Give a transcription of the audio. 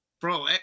Bro